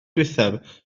ddiwethaf